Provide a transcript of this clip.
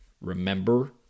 remember